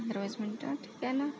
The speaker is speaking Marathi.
पंधरा वीस मिनटं ठीक आहे ना